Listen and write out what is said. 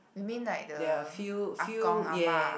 you mean like the Ah Gong ah ma